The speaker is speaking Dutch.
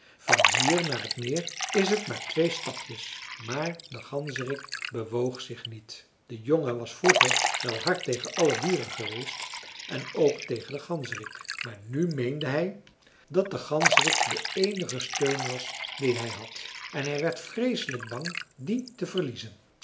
van hier naar het meer is t maar twee stapjes maar de ganzerik bewoog zich niet de jongen was vroeger wel hard tegen alle dieren geweest en ook tegen den ganzerik maar nu meende hij dat de ganzerik de eenige steun was dien hij had en hij werd vreeselijk bang dien te verliezen